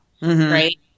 right